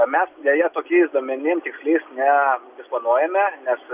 mes deja tokiais duomenim tiksliais nedisponuojame nes